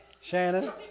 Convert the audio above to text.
Shannon